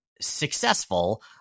successful